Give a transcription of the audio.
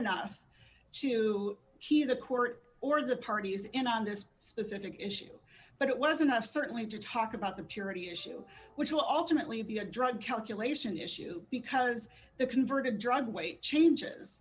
enough to hear the court or the parties in on this specific issue but it wasn't certainly to talk about the purity issue which will ultimately be a drug calculation issue because the converted drug weight changes